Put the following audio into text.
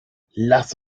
lass